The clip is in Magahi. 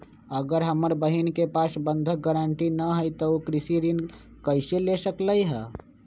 अगर हमर बहिन के पास बंधक गरान्टी न हई त उ कृषि ऋण कईसे ले सकलई ह?